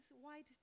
white